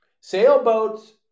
Sailboats